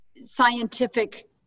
scientific